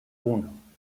uno